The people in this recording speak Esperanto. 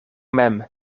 mem